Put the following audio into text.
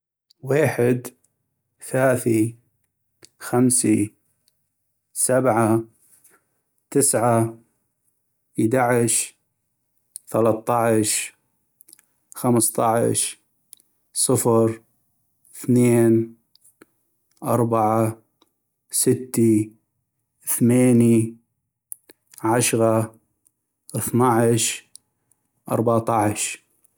ويحد ، ثاثي ، خمسي ، سبعة ، تسعة ، ايدعش ، ثلطعش ، خمسطعش ، صفر ، اثنين ، أربعة ، ستي ، اثميني ، عشغا ، اثنعش ، اربطعش